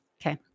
Okay